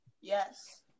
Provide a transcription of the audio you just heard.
Yes